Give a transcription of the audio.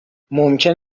ممکن